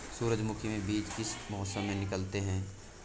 सूरजमुखी में बीज किस मौसम में निकलते हैं?